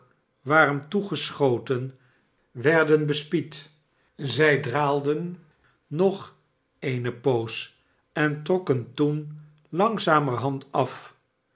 toegeschoten werden bespied zij draalden nog eene poos en trokken toen langzamerhand af